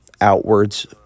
outwards